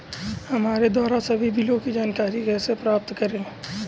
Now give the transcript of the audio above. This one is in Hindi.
हमारे द्वारा सभी बिलों की जानकारी कैसे प्राप्त करें?